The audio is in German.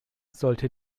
sollte